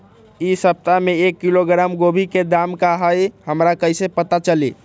इ सप्ताह में एक किलोग्राम गोभी के दाम का हई हमरा कईसे पता चली?